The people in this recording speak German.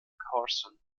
carson